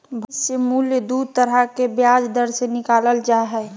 भविष्य मूल्य दू तरह के ब्याज दर से निकालल जा हय